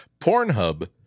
Pornhub